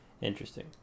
interesting